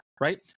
Right